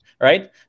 Right